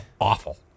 awful